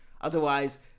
Otherwise